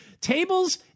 tables